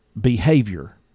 behavior